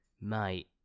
mate